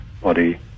body